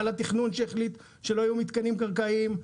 מינהל התכנון שהחליט שלא יהיו מתקנים קרקעיים,